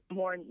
more